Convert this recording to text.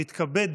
אני מתכבד